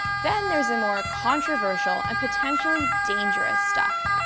then there's the more controversial and potentially dangerous stuff,